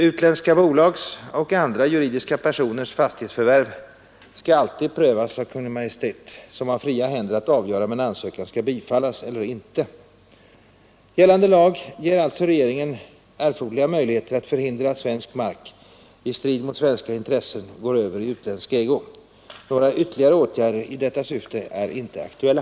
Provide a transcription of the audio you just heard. Utländska bolags och andra juridiska personers fastighetsförvärv skall alltid prövas av Kungl. Maj:t, som har fria händer att avgöra om en ansökan skall bifallas eller inte. Gällande lag ger alltså regeringen erforderliga möjligheter att förhindra att svensk mark i strid mot svenska intressen går över i utländsk ägo. Några ytterligare åtgärder i detta syfte är inte aktuella.